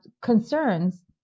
concerns